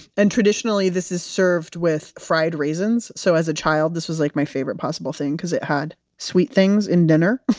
and traditionally, this is served with fried raisins. so as a child, this was like my favorite possible thing, because it had sweet things in dinner.